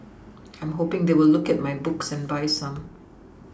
I'm hoPing they will look at my books and buy some